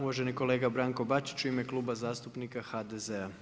Uvaženi kolega Branko Bačić, u ime Kluba zastupnika HDZ-a.